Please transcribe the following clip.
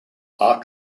are